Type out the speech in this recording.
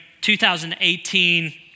2018